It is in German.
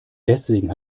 deswegen